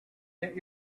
get